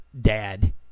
dad